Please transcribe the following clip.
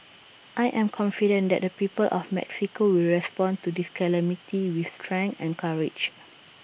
I am confident that the people of Mexico will respond to this calamity with strength and courage